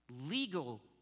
legal